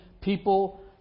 people